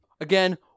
again